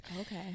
okay